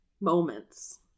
moments